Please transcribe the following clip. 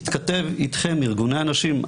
הוא התכתב אתכם, ארגוני הנשים.